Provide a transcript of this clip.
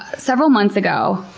several months ago,